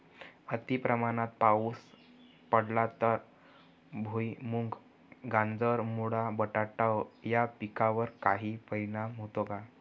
अतिप्रमाणात पाऊस पडला तर भुईमूग, गाजर, मुळा, बटाटा या पिकांवर काही परिणाम होतो का?